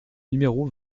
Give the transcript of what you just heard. numéro